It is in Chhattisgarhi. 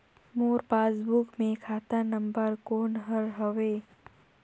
मोर पासबुक मे खाता नम्बर कोन हर हवे?